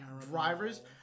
drivers